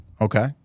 Okay